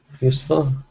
Useful